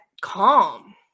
calm